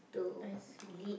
I see